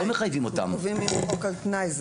אנחנו קובעים חוק על תנאי.